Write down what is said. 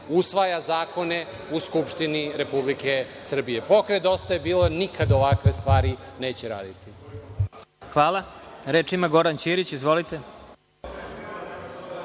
usvaja zakone u Skupštini Republike Srbije. Pokret Dosta je bilo nikada ovakve stvari neće raditi. Hvala. **Vladimir Marinković**